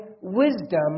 wisdom